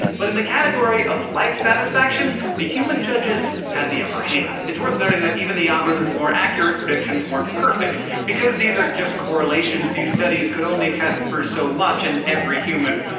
but in the category of life satisfaction, the human judges had the upper hand. it's worth noting that even the algorithm's more accurate predictions weren't perfect. because these are just correlations, these studies could only test for so much, and every human,